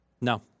No